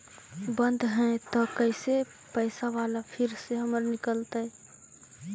बन्द हैं त कैसे पैसा बाला फिर से हमर निकलतय?